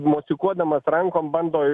mosikuodamas rankom bando